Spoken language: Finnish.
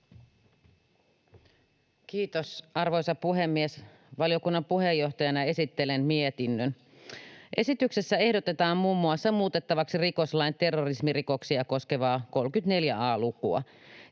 Kiitos, arvoisa puhemies! Valiokunnan puheenjohtajana esittelen mietinnön. Esityksessä ehdotetaan muun muassa muutettavaksi rikoslain terrorismirikoksia koskevaa 34 a -lukua.